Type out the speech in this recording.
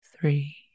three